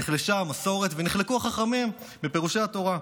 נחלשה המסורת ונחלקו החכמים בפירוש התורה.